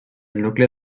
nucli